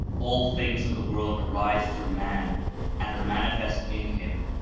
all things of the world arise through man and are manifest in him,